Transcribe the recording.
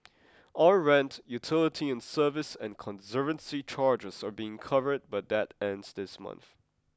all rent utility and service and conservancy charges are being covered but that ends this month